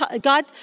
God